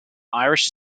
irish